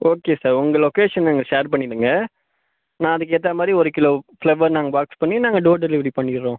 okay sir உங்கள் location நீங்கள் share பண்ணிவிடுங்க நான் அதுக்கேற்ற மாதிரி ஒரு கிலோ ஃப்ளவ்வர் நாங்க பாக்ஸ் பண்ணி நாங்கள் டோர் டெலிவெரி பண்ணிடுறோம்